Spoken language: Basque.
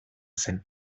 zen